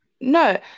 No